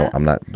i'm not.